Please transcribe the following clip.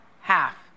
Half